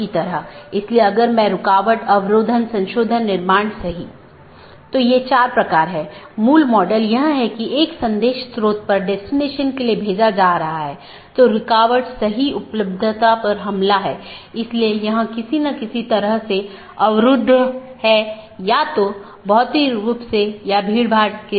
इस प्रकार हमारे पास आंतरिक पड़ोसी या IBGP है जो ऑटॉनमस सिस्टमों के भीतर BGP सपीकरों की एक जोड़ी है और दूसरा हमारे पास बाहरी पड़ोसीयों या EBGP कि एक जोड़ी है